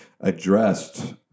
addressed